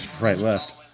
right-left